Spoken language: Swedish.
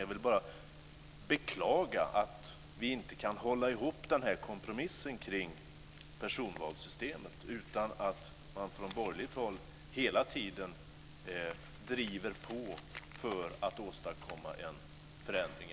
Jag vill bara beklaga att vi inte kan hålla ihop kompromissen kring personvalssystemet. Från borgerligt håll driver man hela tiden på för att åstadkomma en förändring.